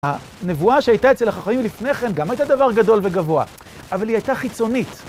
הנבואה שהייתה אצל החכמים לפני כן גם הייתה דבר גדול וגבוה, אבל היא הייתה חיצונית.